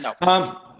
No